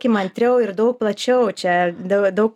įmantriau ir daug plačiau čia dėl daug